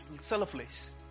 selfless